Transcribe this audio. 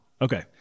Okay